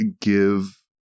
give